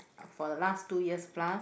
for the last two years plus